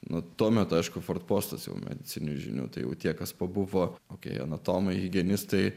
nuo to taško forpostas jau medicininių žinių tai jau tie kas pabuvo kokioje anatomai higienistai